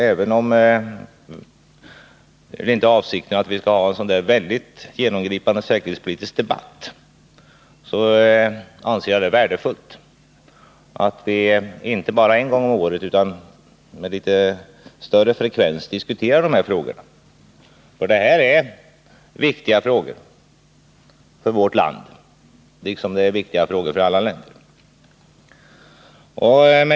Även om avsikten inte är att vi i dag skall ha en genomgripande säkerhetspolitisk debatt, anser jag det vara värdefullt att vi inte bara en gång om året utan med litet större frekvens diskuterar dessa frågor. Det här är nämligen viktiga frågor såväl för vårt land som för alla länder.